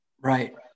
Right